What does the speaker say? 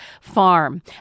Farm